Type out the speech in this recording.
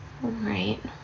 right